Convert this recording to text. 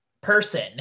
person